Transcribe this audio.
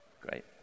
Great